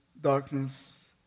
darkness